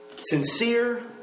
sincere